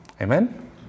Amen